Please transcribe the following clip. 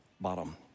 bottom